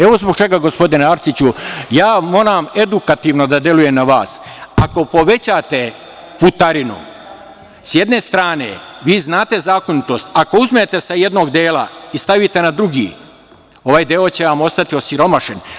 Evo zbog čega, gospodine Arsiću, moram edukativno da delujem na vas, ako povećate putarinu s jedne strane vi znate zakonitost, ako uzmete sa jednog dela i stavite na drugi ovaj deo će vam ostati osiromašen.